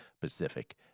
pacific